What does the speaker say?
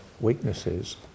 weaknesses